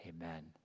amen